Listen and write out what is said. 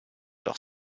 doch